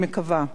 אני מקווה,